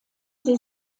sie